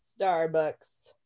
starbucks